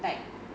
like